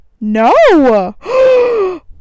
No